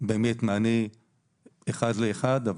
ומענה באמת אחד לאחד.